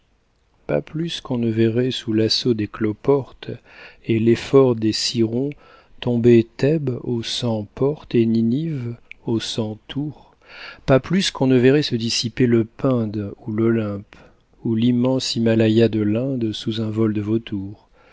pas plus qu'on ne verrait sous l'assaut des cloportes et l'effort des cirons tomber thèbe aux cent portes et ninive aux cent tours pas plus qu'on ne verrait se dissiper le pinde ou l'olympe ou l'immense himalaya de l'inde sous un vol de vautour